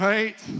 Right